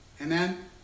Amen